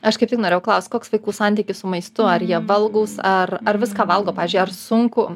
aš kaip tik norėjau klaust koks vaikų santykis su maistu ar jie valgūs ar ar viską valgo pavyzdžiui ar sunku